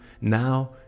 now